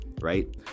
right